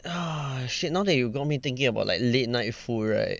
ah shit now that you got me thinking about like late night food right